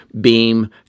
Beam